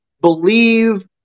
believe